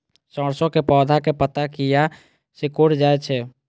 सरसों के पौधा के पत्ता किया सिकुड़ जाय छे?